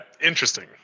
interesting